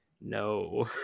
no